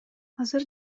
азыр